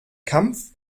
kampf